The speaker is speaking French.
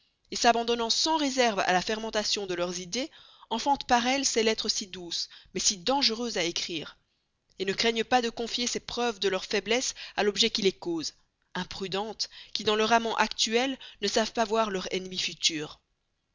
pas s'abandonnant sans réserve à la fermentation de leurs idées enfantent par elles ces lettres brûlantes si douces mais si dangereuses à écrire ne craignent pas de confier ces preuves de leur faiblesse à l'objet qui les cause imprudentes qui dans leur amant actuel ne savent pas voir leur ennemi futur